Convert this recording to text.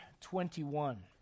twenty-one